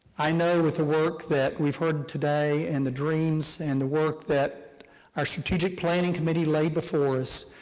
i know with the work that we've heard today and the dreams and the work that are strategic planning committee laid before us,